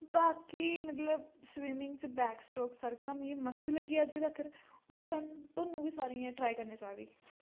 बाकी मतलव स्विमिंग च बैक स्ट्रोक सारें कोला मि मस्त लग्गी अज तकर और सान थोआनू वी सारियां ट्राई करने चाहिदी